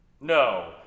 No